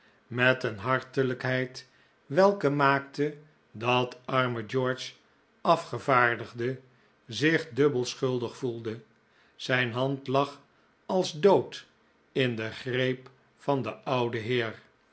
met een hartelijkheid welke maakte dat arme george's afgevaardigde zich dubbel schuldig voelde zijn hand lag als dood in de greep van den ouden heer